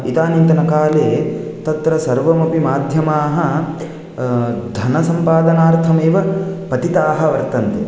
इदानींतनकाले तत्र सर्वमपि माध्यमाः धनसम्पादनार्थमेव पतिताः वर्तन्ते